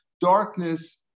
Darkness